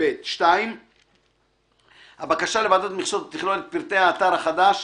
ו-(ב); הבקשה לוועדת המכסות תכלול את פרטי האתר החדש,